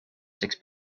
six